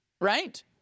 right